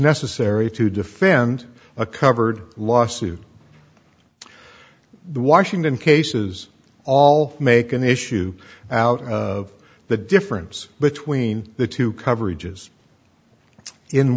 necessary to defend a covered lawsuit the washington cases all make an issue out of the difference between the two coverages in